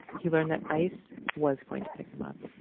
he learned that ice was going to pick him up